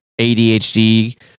ADHD